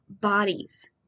bodies